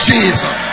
Jesus